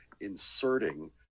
inserting